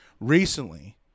Recently